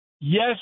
Yes